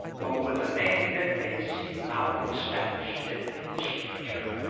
though with a name it may seem now established in english literature,